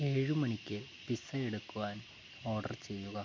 ഏഴുമണിക്ക് pizza എടുക്കുവാൻ order ചെയ്യുക